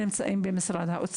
אני רוצה לתת למשרד האוצר.